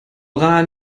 rahn